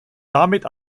damit